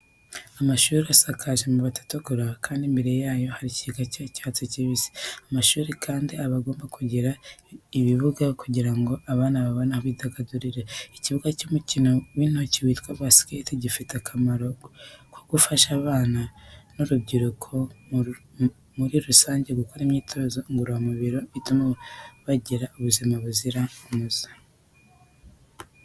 Amashuri asakaje amabati atukura kandi imbere yayo hari ikigega cy'icyatsi kibisi. Amashuri kandi aba agomba kugira ibibuga kugira ngo abana babone aho bidagadurira. Ikibuga cy’umukino w’intoki witwa basiketi gifite akamaro ko gufasha abana n’urubyiruko muri rusange gukora imyitozo ngororamubiri ituma bagira ubuzima buzira umuze.